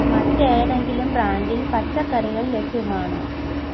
മറ്റേതെങ്കിലും ബ്രാന്റില് പച്ചക്കറികൾ ലഭ്യമാണോ